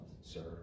sir